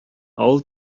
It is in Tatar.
авыл